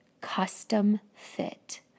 custom-fit